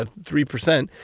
ah three percent.